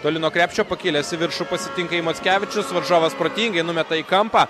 toli nuo krepšio pakilęs į viršų pasitinką jį mackevičius varžovas protingai numeta į kampą